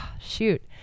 shoot